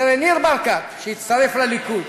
תראה, ניר ברקת, שהצטרף לליכוד,